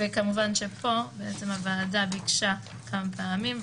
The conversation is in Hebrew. כמובן שפה הוועדה ביקשה כמה פעמים,